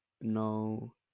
No